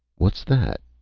what's that?